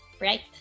right